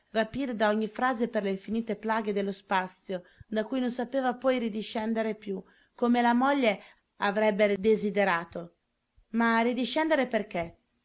rapire da ogni frase per le infinite plaghe dello spazio da cui non sapeva poi ridiscendere più come la moglie avrebbe desiderato ma ridiscendere perché